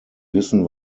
wissen